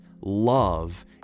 Love